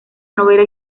novela